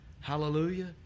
Hallelujah